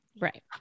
Right